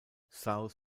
south